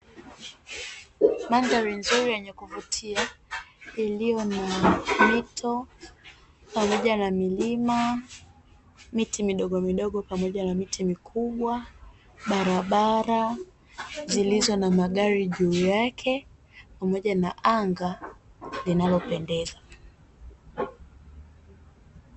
Mandhari nzuri yenye kuvutia, iliyo na mito pamoja na milima, miti midogo midogo pamoja na miti mikubwa, barabara zilizo na magari juu yake, pamoja na anga linalopendeza.